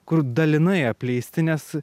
kur dalinai apleisti nes